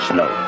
no